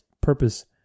purpose